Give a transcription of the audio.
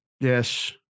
Yes